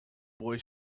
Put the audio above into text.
boy